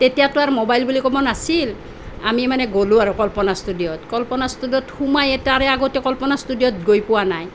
তেতিয়াতো আৰু ম'বাইল বুলি ক'ব নাছিল আমি মানে গ'লোঁ আৰু কল্পনা ষ্টুডিঅ'ত কল্পনা ষ্টুডিঅ'ত সোমায়ে তাৰে আগতে কল্পনা ষ্টুডিঅ'ত গৈ পোৱা নাই